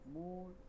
more